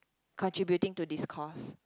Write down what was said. contributing to this cost